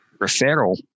referral